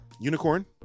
Unicorn